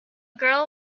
girl